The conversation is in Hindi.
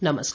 नमस्कार